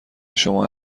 شما